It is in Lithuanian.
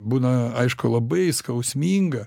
būna aišku labai skausminga